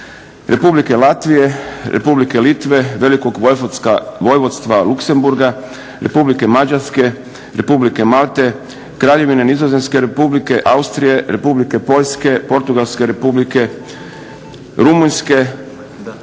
Republike Latvije, Republike Litve, Velikog Vojvodstva Luksemburga, Republike Mađarske, Republike Malte, kraljevine Nizozemske, Republike Austrije, Republike Poljske, Portugalske Republike, Rumunjske,